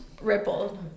rippled